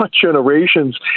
generations